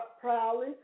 proudly